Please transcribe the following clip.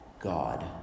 God